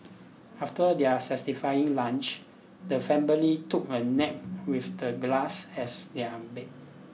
after their satisfying lunch the family took a nap with the grass as their bed